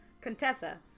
Contessa